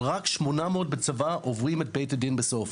אבל רק 800 בצבא עוברים את בית-הדין בסוף.